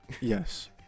Yes